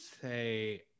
say